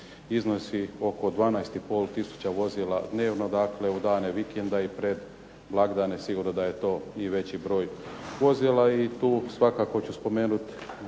iznosi oko 12,5 tisuća vozila dnevno. Dakle, u dane vikenda i pred blagdane sigurno da je to i veći broj vozila. I tu svakako ću spomenut